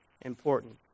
important